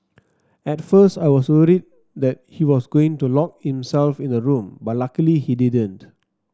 at first I was worried that he was going to lock himself in the room but luckily he didn't